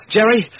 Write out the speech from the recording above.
Jerry